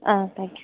ஆ thank you